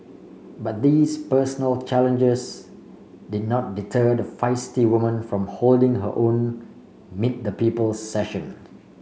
but these personal challenges did not deter the feisty woman from holding her own meet the people sessions